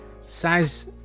size